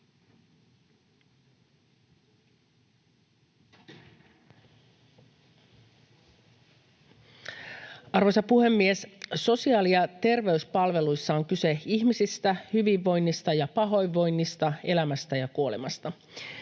Arvoisa puhemies! Sosiaali- ja terveyspalveluissa on kyse ihmisistä, hyvinvoinnista ja pahoinvoinnista, elämästä ja kuolemasta,